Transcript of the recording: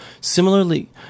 Similarly